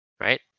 right